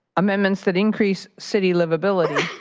amendments that increase city livability,